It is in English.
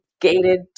gated